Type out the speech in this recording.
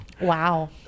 Wow